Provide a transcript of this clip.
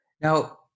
now